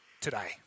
today